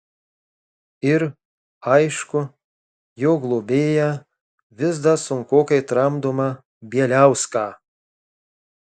ir aišku jo globėją vis dar sunkokai tramdomą bieliauską